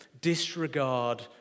disregard